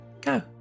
Go